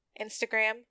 Instagram